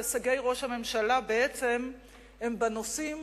שהישגי ראש הממשלה בעצם הם בנושאים